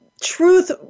truth